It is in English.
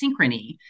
Synchrony